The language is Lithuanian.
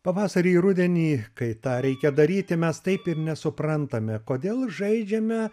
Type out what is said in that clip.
pavasarį ir rudenį kai tą reikia daryti mes taip ir nesuprantame kodėl žaidžiame